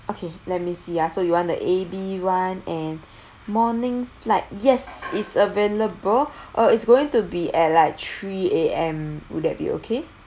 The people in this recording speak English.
okay let me see ah so you want the A B [one] and morning flight yes it's available uh it's going to be at like three A_M would that be okay